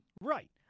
Right